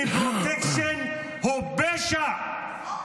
כי פרוטקשן הוא פשע.